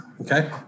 okay